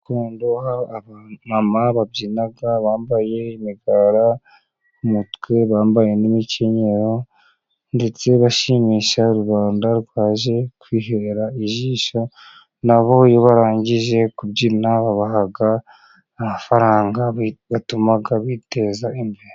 Nkunda abamama babyina bambaye imigara ku mutwe bambaye n'imikinnyero ndetse bashimisha rubanda rwaje kwihera ijisho. Nabo barangiza kubyina babaha amafaranga atuma biteza imbere.